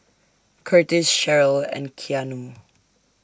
Curtiss Cheryll and Keanu